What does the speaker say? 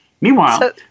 meanwhile